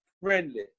friendly